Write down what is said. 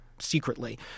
Secretly